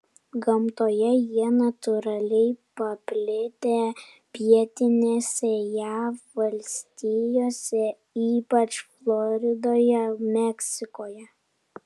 gamtoje jie natūraliai paplitę pietinėse jav valstijose ypač floridoje meksikoje